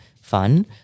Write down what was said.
fun